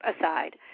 aside